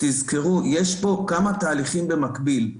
תזכרו שיש פה כמה תהליכים במקביל.